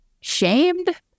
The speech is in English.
shamed